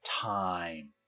time